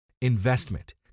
Investment